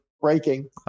breaking